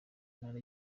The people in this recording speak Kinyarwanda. ntara